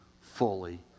fully